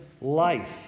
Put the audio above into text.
life